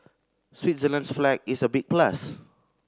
Switzerland's flag is a big plus